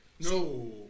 No